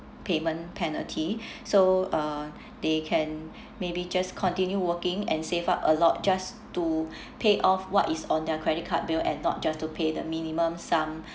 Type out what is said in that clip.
payment penalty so uh they can maybe just continue working and save up a lot just to pay off what is on their credit card bill and not just to pay the minimum sum